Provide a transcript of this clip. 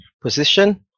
position